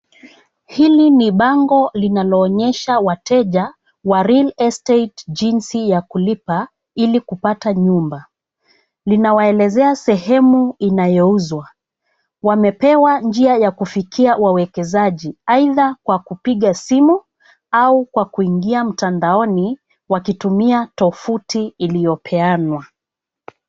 Hili ni bango linaloonyesha wateja wa real estate jinsi ya kulipa ili kupata nyumba. Linawaelezea sehemu inayouzwa. Wamepewa njia ya kufikia wawekezaji aidha kwa kupiga simu au kwa kuingia mtandaoni wakitumia tovuti iliyopeanwa.